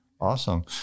Awesome